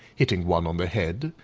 hitting one on the head,